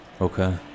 Okay